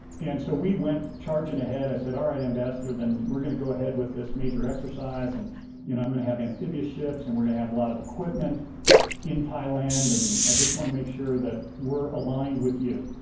and so we went charging ahead, i said alright ambassador, then we're gonna go ahead with this major exercise and you know i'm gonna have amphibious ships and we're gonna have a lot of equipment in thailand, and i just wanna make sure that we're aligned with you.